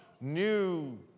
new